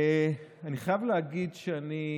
אני חייב להגיד שאני,